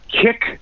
Kick